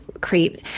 create